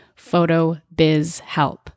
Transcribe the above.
PHOTOBIZHELP